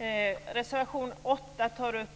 I reservation 8 tas